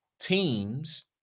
teams